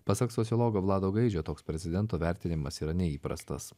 pasak sociologo vlado gaidžio toks prezidento vertinimas yra neįprastas